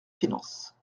finances